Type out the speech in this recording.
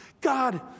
God